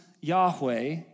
Yahweh